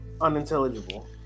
unintelligible